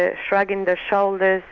ah shrugging their shoulders,